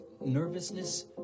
nervousness